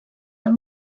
del